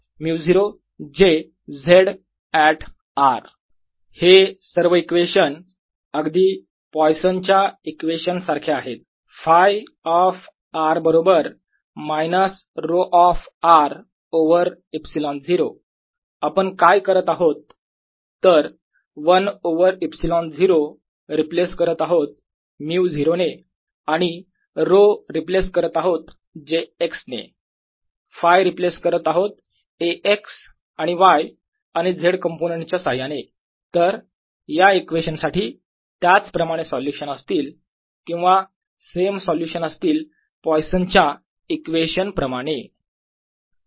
2Axr 0jx 2Ayr 0jy 2Azr 0jz हे सर्व equation अगदी पॉइसन च्या इक्वेशन Poisson's equation सारखे आहेत Φ ऑफ r बरोबर minus rho of r over ε0 आपण काय करत आहोत तर 1 ओवर ε0 रिप्लेस करत आहोत μ0 ने आणि रो रिप्लेस करत आहोत j x ने Φ रिप्लेस करत आहोत A x आणि y आणि z कंपोनंटच्या साह्याने तर या इक्वेशनसाठी त्याच प्रमाणे सोल्युशन असतील किंवा सेम सोल्युशन असतील पॉइसन च्या इक्वेशन Poisson's equation प्रमाणे